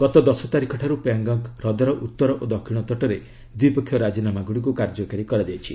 ଗତକାଲିଠାରୁ ପ୍ୟାଙ୍ଗଙ୍ଗ୍ ହ୍ରଦର ଉତ୍ତର ଓ ଦକ୍ଷିଣ ତଟରେ ଦ୍ୱିପକ୍ଷୀୟ ରାଜିନାମାଗୁଡ଼ିକୁ କାର୍ଯ୍ୟକାରୀ କରାଯାଇଛି